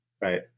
right